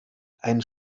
ein